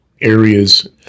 areas